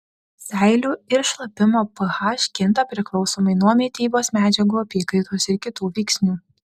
seilių ir šlapimo ph kinta priklausomai nuo mitybos medžiagų apykaitos ir kitų veiksnių